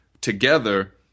together